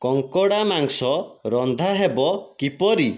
କଙ୍କଡ଼ା ମାଂସ ରନ୍ଧା ହେବ କିପରି